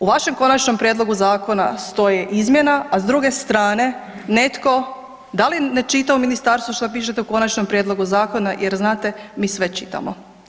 U vašem konačnom prijedlogu zakona stoji izmjena a s druge strane, netko, da li ne čita u ministarstvu šta pišete u konačnom prijedlogu zakona jer znate, mi sve čitamo.